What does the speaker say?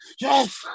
yes